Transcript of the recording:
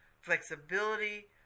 flexibility